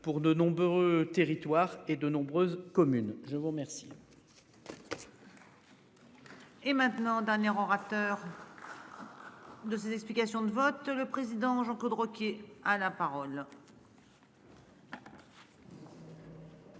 pour de nombreux territoires et de nombreuses communes. Je vous remercie. Et maintenant dernier orateur. De ces explications de vote, le président Jean Claude Roquier à la parole. Un